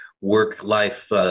work-life